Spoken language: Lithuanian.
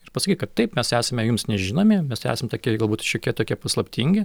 ir pasakyk kad taip mes esame jums nežinomi mes esam tokie galbūt šiokie tokie paslaptingi